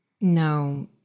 No